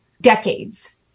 decades